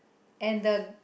and the